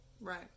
Right